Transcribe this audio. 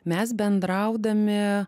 mes bendraudami